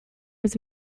was